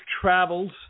travels